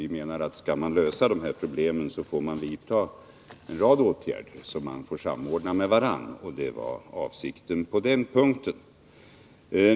Vi menar att om vi skall lösa de här problemen får vi vidta en rad åtgärder som måste samordnas med varandra. Det var avsikten på den punkten.